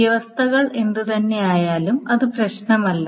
വ്യവസ്ഥകൾ എന്തുതന്നെയായാലും അത് പ്രശ്നമല്ല